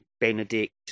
Benedict